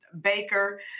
Baker